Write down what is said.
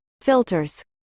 filters